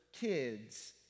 kids